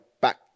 back